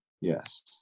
Yes